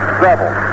double